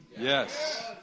Yes